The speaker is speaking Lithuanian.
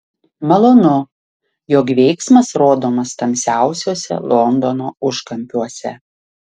malonu jog veiksmas rodomas tamsiausiuose londono užkampiuose